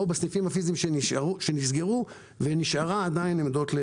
או בסניפים הפיזיים שנסגרו ונשארו שם עדיין עמדות.